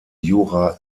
jura